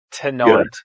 Tonight